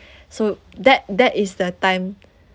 so that that is the time